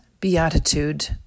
beatitude